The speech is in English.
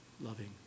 loving